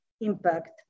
impact